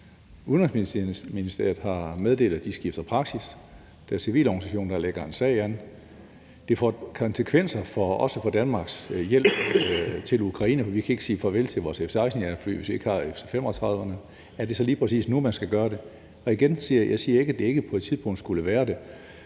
Udenrigsministeriet har meddelt, at de skifter praksis. Der er en civil organisation, der lægger en sag an. Det får konsekvenser også for Danmarks hjælp til Ukraine, for vi kan ikke sige farvel til vores F-16-jagerfly, hvis ikke vi har F-35'eren. Er det så lige præcis nu, man skal gøre det? Igen siger jeg ikke, at det ikke på et tidspunkt skulle være det,